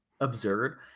absurd